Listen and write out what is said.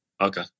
Okay